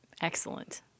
Excellent